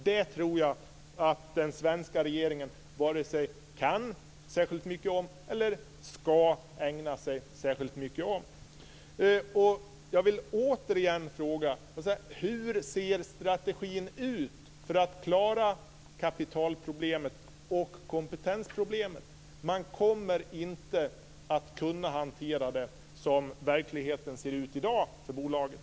Det tror jag att den svenska regeringen varken kan särskilt mycket om eller ska ägna sig särskilt mycket åt. Jag vill återigen fråga: Hur ser strategin ut för att man ska klara kapitalproblemet och kompetensproblemet? Man kommer inte att kunna hantera det som verkligheten ser ut i dag för bolaget.